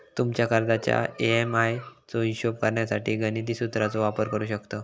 तुमच्या कर्जाच्या ए.एम.आय चो हिशोब करण्यासाठी गणिती सुत्राचो वापर करू शकतव